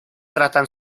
tratan